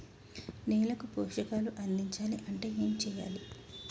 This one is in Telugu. నేలకు పోషకాలు అందించాలి అంటే ఏం చెయ్యాలి?